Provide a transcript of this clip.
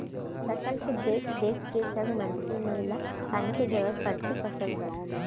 फसल के देख देख के संग मनसे मन ल पानी के जरूरत परथे फसल बर